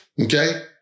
Okay